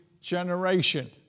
generation